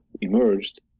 emerged